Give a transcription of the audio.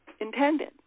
intended